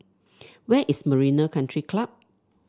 where is Marina Country Club